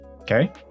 Okay